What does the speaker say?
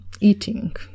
eating